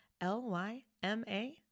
L-Y-M-A